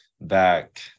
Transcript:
back